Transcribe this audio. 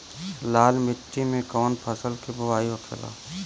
लाल मिट्टी में कौन फसल के बोवाई होखेला?